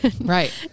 Right